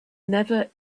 never